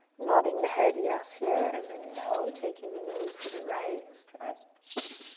nodding the head yes here, and then no, taking the nose to the right, stretch,